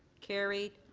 carried.